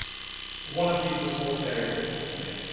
one of these was more stereotypical for me.